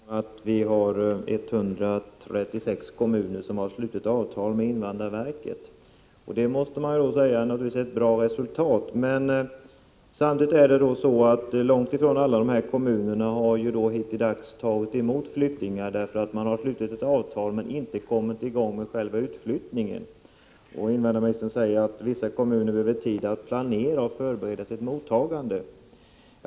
Herr talman! Invandrarministern framhåller att 136 kommuner har slutit avtal med invandrarverket. Det måste naturligtvis sägas vara ett bra resultat. Men långtifrån alla dessa kommuner har hittills tagit emot flyktingar. Man har i flera fall slutit ett avtal men inte kommit i gång med själva utflyttningen. Invandrarministern säger att vissa kommuner behöver tid att planera och förbereda mottagandet.